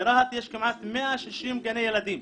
ברהט יש כמעט 160 גני ילדים.